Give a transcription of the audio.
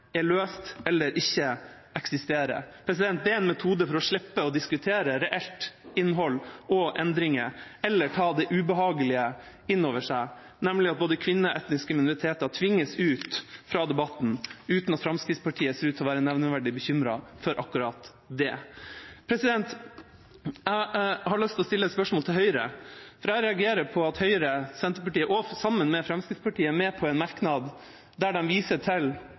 er løst eller ikke eksisterer. Det er en metode for å slippe å diskutere reelt innhold og endringer eller ta det ubehagelige innover seg, nemlig at både kvinner og etniske minoriteter tvinges ut av debatten, uten at Fremskrittspartiet ser ut til å være nevneverdig bekymret for akkurat det. Jeg har lyst til å stille et spørsmål til Høyre. Jeg reagerer på at Høyre, Senterpartiet og Fremskrittspartiet står sammen om en merknad der de viser til